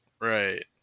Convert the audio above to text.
Right